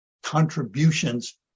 contributions